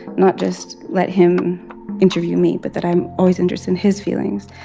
not just let him interview me, but that i'm always interested in his feelings.